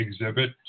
exhibit